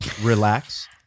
Relax